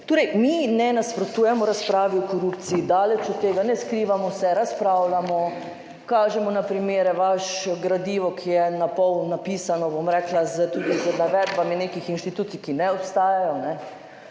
Torej, mi ne nasprotujemo razpravi o korupciji, daleč od tega, ne skrivamo se, razpravljamo, kažemo na primere, vaše gradivo, ki je na pol napisano, bom rekla, tudi z navedbami nekih inštitucij, ki ne obstajajo,